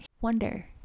wonder